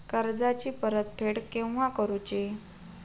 कर्जाची परत फेड केव्हा करुची?